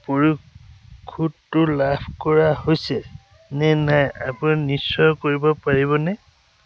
পৰিশোধটো লাভ কৰা হৈছে নে নাই আপুনি নিশ্চিত কৰিব পাৰিবনে